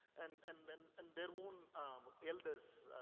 and and, and and their own elders